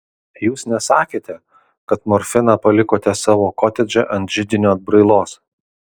jūs nesakėte kad morfiną palikote savo kotedže ant židinio atbrailos